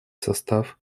состав